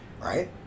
right